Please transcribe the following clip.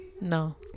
no